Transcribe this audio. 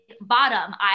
bottom